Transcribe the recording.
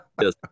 Yes